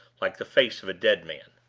like the face of a dead man.